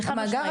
זה חד משמעי.